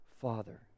Father